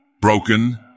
Broken